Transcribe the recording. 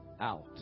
out